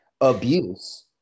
abuse